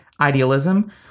idealism